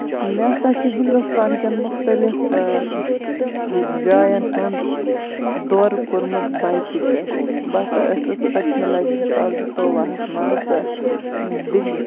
مےٚ ہسا چھُ ہِندُستان کین مُختٔلِف جاین ہُند دورٕ کوٚرمُت باٮ۪کہِ پٮ۪ٹھ بہٕ ہسا ٲسٕس پٔتمہِ لَٹہِ زٕ ساس زٕ تووُہَس منٛز دِلہِ